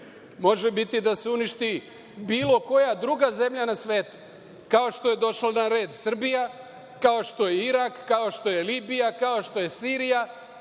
Može biti da se uništi bilo koja druga zemlja na svetu, kao što je došla na red Srbija, kao što je Irak, kao što je Libija, kao što je Sirija. Pitanje